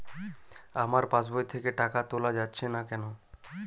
আমার পাসবই থেকে টাকা তোলা যাচ্ছে না কেনো?